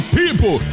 people